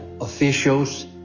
officials